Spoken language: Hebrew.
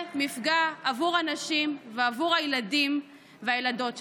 מפגע עבור הנשים ועבור הילדים והילדות שלהן.